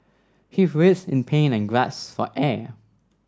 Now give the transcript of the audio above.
he writhed in pain and gasped for air